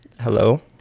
Hello